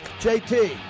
JT